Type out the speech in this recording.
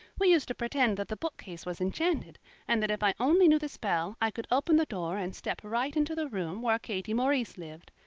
we used to pretend that the bookcase was enchanted and that if i only knew the spell i could open the door and step right into the room where katie maurice lived,